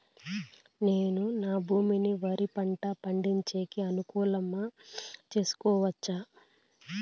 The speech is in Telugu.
నేను నా భూమిని వరి పంట పండించేకి అనుకూలమా చేసుకోవచ్చా?